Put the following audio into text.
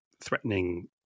threatening